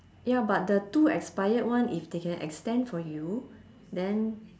ya but the two expired one if they can extend for you then